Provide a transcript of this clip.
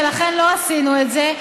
ולכן לא עשינו את זה,